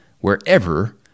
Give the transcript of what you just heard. wherever